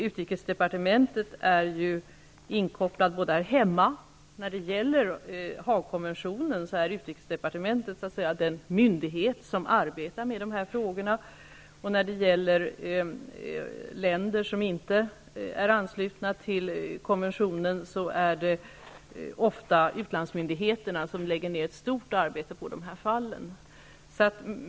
Utrikesdepartementet är inkopplat även här hemma. När det gäller Haagkonventionen är utrikesdepartementet den myndighet som arbetar med dessa frågor. I fråga om länder som inte är anslutna till konventionen, lägger utlandsmyndigheterna ofta ner ett stort arbete på de olika fallen.